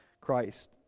Christ